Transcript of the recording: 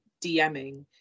DMing